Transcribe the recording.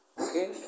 Okay